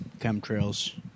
chemtrails